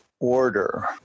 order